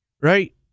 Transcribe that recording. right